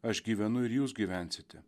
aš gyvenu ir jūs gyvensite